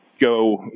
go